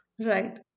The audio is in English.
Right